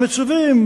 אנחנו מצווים,